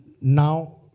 now